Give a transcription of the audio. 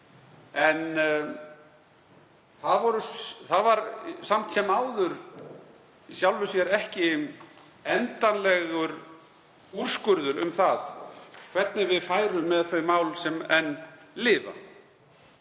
Það var samt sem áður í sjálfu sér ekki endanlegur úrskurður um það hvernig við færum með þau mál sem enn lifa.